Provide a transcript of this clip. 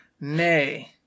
Nay